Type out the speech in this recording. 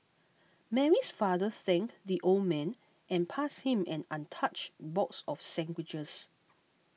Mary's father thanked the old man and passed him an untouched box of sandwiches